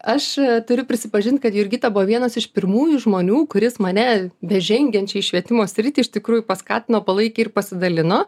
aš turiu prisipažint kad jurgita buvo vienas iš pirmųjų žmonių kuris mane bežengiančią į švietimo sritį iš tikrųjų paskatino palaikė ir pasidalino